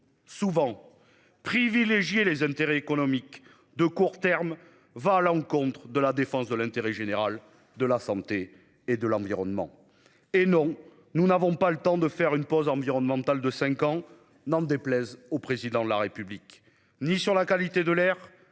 Souvent. Privilégié les intérêts économiques de court terme va à l'encontre de la défense de l'intérêt général de la Santé et de l'environnement et non nous n'avons pas le temps de faire une pause environnementale de 5 ans, n'en déplaise au président de la République, ni sur la qualité de l'air,